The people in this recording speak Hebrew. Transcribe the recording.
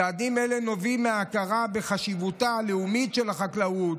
צעדים אלה נובעים מההכרה בחשיבותה הלאומית של החקלאות,